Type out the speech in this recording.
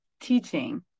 teaching